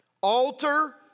alter